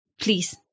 please